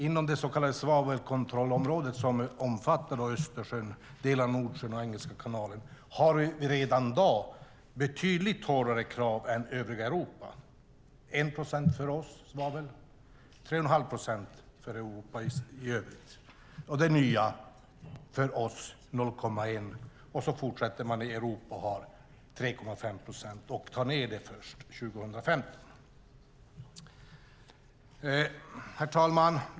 Inom det så kallade svavelkontrollområdet, som omfattar Östersjön, delar av Nordsjön och Engelska kanalen, är det redan i dag betydligt hårdare krav än i övriga Europa. Gränsvärdet är för oss 1 procent och 3,5 procent för Europa i övrigt. Det nya för oss blir 0,1 procent. I övriga Europa fortsätter man att ha 3,5 procent och tar ned det först 2015. Herr talman!